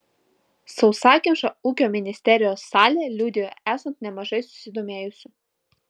sausakimša ūkio ministerijos salė liudijo esant nemažai susidomėjusių